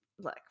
look